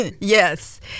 Yes